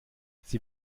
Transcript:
sie